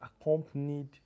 accompanied